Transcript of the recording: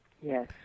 Yes